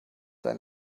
sein